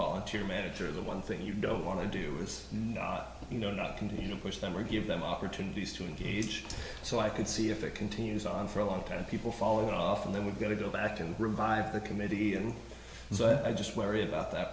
volunteer manager the one thing you don't want to do is not you know not continue to push them or give them opportunities to engage so i could see if it continues on for a long time people follow it off and then we've got to go back to revive the committee and so i just worry about that